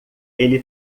ele